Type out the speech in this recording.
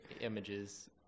Images